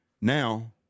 Now –